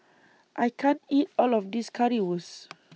I can't eat All of This Currywurst